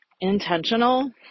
intentional